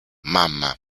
mamma